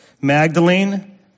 Magdalene